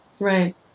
Right